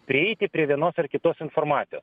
prieiti prie vienos ar kitos informacijos